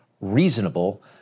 reasonable